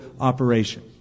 operation